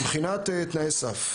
מבחינת תנאי סף,